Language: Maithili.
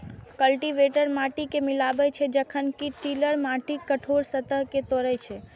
कल्टीवेटर माटि कें मिलाबै छै, जखन कि टिलर माटिक कठोर सतह कें तोड़ै छै